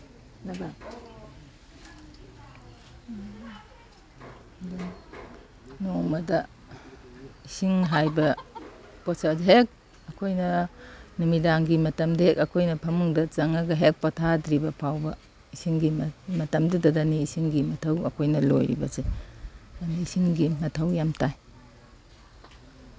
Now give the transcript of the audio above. ꯅꯣꯡꯃꯗ ꯏꯁꯤꯡ ꯍꯥꯏꯕ ꯄꯣꯠꯁꯛ ꯑꯁꯤ ꯍꯦꯛ ꯑꯩꯈꯣꯏꯅ ꯅꯨꯃꯤꯗꯥꯡꯒꯤ ꯃꯇꯝꯗ ꯍꯦꯛ ꯑꯩꯈꯣꯏꯅ ꯐꯃꯨꯡꯗ ꯆꯪꯉꯒ ꯍꯦꯛ ꯄꯣꯊꯥꯗ꯭ꯔꯤꯕ ꯐꯥꯎꯕ ꯏꯁꯤꯡꯒꯤ ꯃꯇꯝꯗꯨꯗꯅꯤ ꯏꯁꯤꯡꯒꯤ ꯃꯊꯧ ꯑꯩꯈꯣꯏꯅ ꯂꯣꯏꯔꯤꯕꯁꯦ ꯑꯗꯨꯅ ꯏꯁꯤꯡꯒꯤ ꯃꯊꯧ ꯌꯥꯝ ꯇꯥꯏ